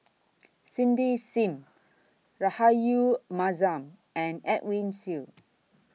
Cindy SIM Rahayu Mahzam and Edwin Siew